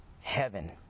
Heaven